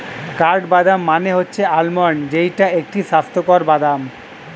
কাঠবাদাম মানে হচ্ছে আলমন্ড যেইটা একটি স্বাস্থ্যকর বাদাম